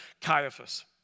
Caiaphas